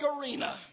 arena